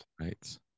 Right